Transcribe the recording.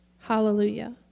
Hallelujah